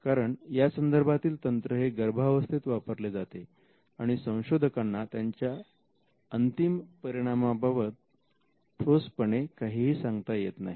कारण यासंदर्भातील तंत्र हे गर्भावस्थेत वापरले जाते आणि संशोधकांना त्याच्या अंतिम परिणामा याबाबत ठोसपणे काहीही सांगता येत नाही